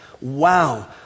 wow